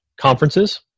conferences